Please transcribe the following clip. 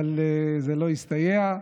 אבל זה לא הסתייע,